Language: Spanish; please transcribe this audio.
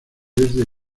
desde